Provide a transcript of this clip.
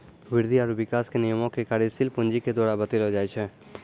वृद्धि आरु विकास के नियमो के कार्यशील पूंजी के द्वारा बतैलो जाय छै